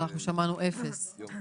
אנחנו שמענו אפס.